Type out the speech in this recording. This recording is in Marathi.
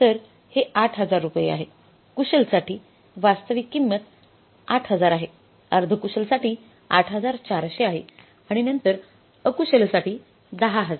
तर हे 8000 रुपये आहे कुशल साठी वास्तविक किंमत8000 आहे अर्धकुशल साठी 8400 आहे आणि नंतर अकुशल साठी 10000आहे